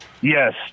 Yes